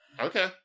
Okay